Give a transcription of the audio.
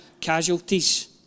casualties